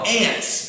ants